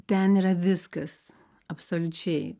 ten yra viskas absoliučiai